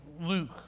Luke